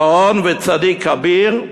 "גאון וצדיק כביר,